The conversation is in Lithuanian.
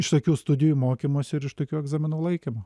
iš tokių studijų mokymosi ir iš tokių egzaminų laikymo